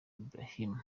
ibrahim